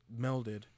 melded